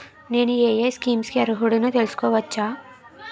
నేను యే యే స్కీమ్స్ కి అర్హుడినో తెలుసుకోవచ్చా?